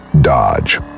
Dodge